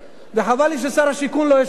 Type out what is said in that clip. וחבל לי ששר השיכון לא יושב כאן,